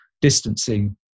distancing